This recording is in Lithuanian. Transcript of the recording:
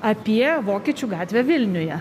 apie vokiečių gatvę vilniuje